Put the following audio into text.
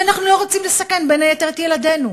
כי אנחנו לא רוצים לסכן בין היתר את ילדינו.